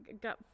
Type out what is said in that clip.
got